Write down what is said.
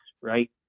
right